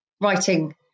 writing